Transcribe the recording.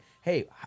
hey